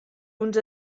uns